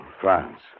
France